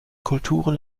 kulturen